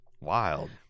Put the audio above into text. Wild